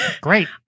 Great